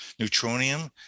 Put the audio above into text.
Neutronium